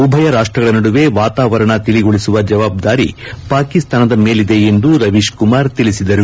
ಉಭಯ ರಾಷ್ನಗಳ ನಡುವೆ ವಾತಾವರಣ ತಿಳಿಗೊಳಿಸುವ ಜವಾಬ್ಗಾರಿ ಪಾಕಿಸ್ತಾನದ ಮೇಲಿದೆ ಎಂದು ರವೀಶ್ಕುಮಾರ್ ತಿಳಿಸಿದರು